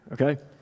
okay